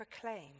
proclaim